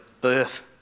birth